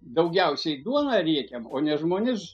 daugiausiai duoną riekiam o ne žmones